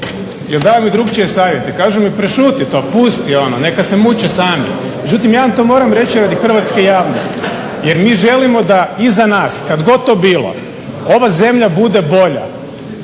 jer daju mi drukčije savjete, kažu mi prešuti to, pusti ono, neka se muče sami. Međutim, ja vam to moram reći da radi hrvatske javnosti jer mi želimo da iza nas kad god to bilo ova zemlja bude bolja,